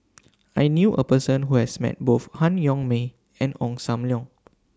I knew A Person Who has Met Both Han Yong May and Ong SAM Leong